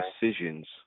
decisions